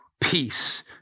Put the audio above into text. peace